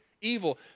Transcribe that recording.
evil